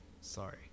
Sorry